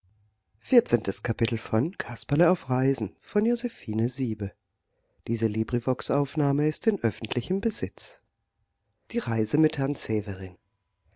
kapitel die reise mit herrn severin